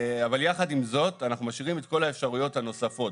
אבל יחד עם זאת אנחנו משאירים את כל האפשרויות הנוספות.